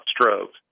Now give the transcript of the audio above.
strokes